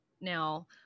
now